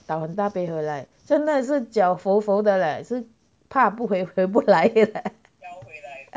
倒很大杯喝 like 真的是脚否否的 leh 是怕不回回不来